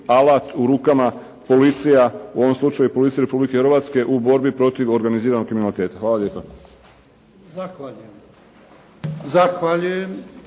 alat u rukama policija, u ovom slučaju policiju Republike Hrvatske u borbi protiv organiziranog kriminaliteta. Hvala lijepa.